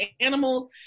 animals